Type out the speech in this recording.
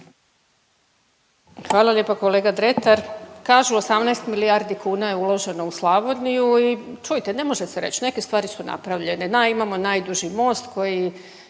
Hvala lijepa kolega Dretar. Kažu 18 milijardi kuna je uloženo u Slavoniju i čujte ne može se reć, neke stvari su napravljene. Imamo najduži most koji